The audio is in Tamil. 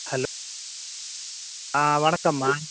ஹலோ ஆ வணக்கம்மா